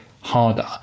harder